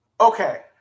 Okay